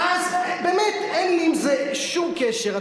אין לי עם זה שום קשר.